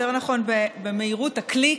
יותר נכון במהירות הקליק,